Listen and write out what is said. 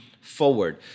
forward